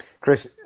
Chris